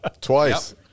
Twice